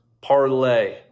parlay